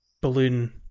balloon